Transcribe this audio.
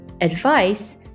advice